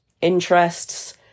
interests